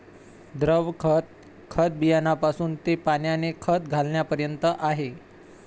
द्रव खत, खत बियाण्यापासून ते पाण्याने खत घालण्यापर्यंत आहे